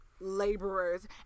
laborers